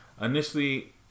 initially